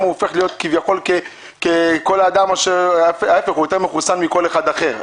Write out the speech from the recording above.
הוא הופך להיות ככל אדם; אפילו יותר הוא יותר מחוסן מכול אחד אחר.